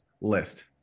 list